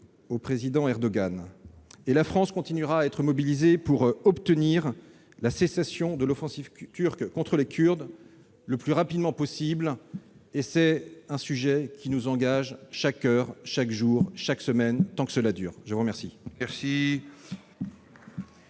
au Président Erdogan. La France continuera à être mobilisée pour obtenir la cessation de l'offensive turque contre les Kurdes le plus rapidement possible. Ce sujet nous engage chaque heure, chaque jour, chaque semaine, tant que cette situation